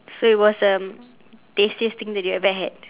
so it was um tastiest thing that you ever had